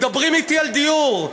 מדברים אתי על דיור.